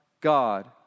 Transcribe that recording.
God